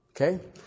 Okay